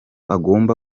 agomba